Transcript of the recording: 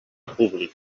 públic